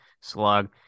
slug